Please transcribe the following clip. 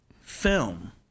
film